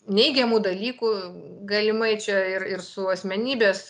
neigiamų dalykų galimai čia ir ir su asmenybės